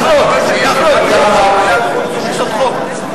אפשר גם חוץ וביטחון.